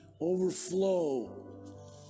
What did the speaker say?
overflow